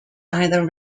either